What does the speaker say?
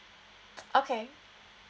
okay